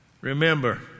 Remember